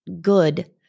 good